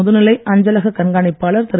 முதுநிலை அஞ்சலக கண்காணிப்பாளர் திரு